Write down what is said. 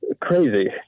crazy